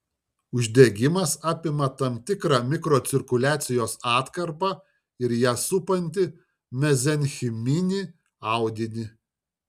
uždegimas apima tam tikrą mikrocirkuliacijos atkarpą ir ją supantį mezenchiminį audinį